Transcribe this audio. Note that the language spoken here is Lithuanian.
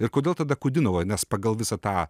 ir kodėl tada kudinova nes pagal visą tą